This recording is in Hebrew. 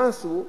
מה עשו?